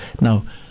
Now